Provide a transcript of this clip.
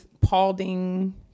Paulding